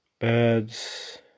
birds